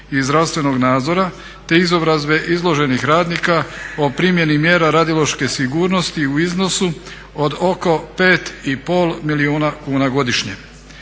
i zdravstvenog nadzora, te izobrazbe izloženih radnika o primjeni mjera radiološke sigurnosti u iznosu od oko 5 i pol milijuna kuna godišnje.